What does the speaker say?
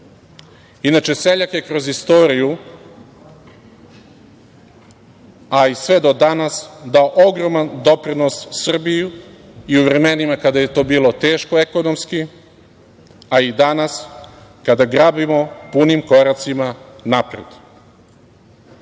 potez. Inače, seljak je kroz istoriju, a i sve do danas dao ogroman doprinos Srbiji, i u vremenima kada je to bilo teško ekonomski, a i danas kada gradimo punim koracima napred. Takođe,